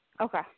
Okay